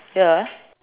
ya ah